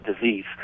disease